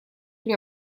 при